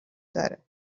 داره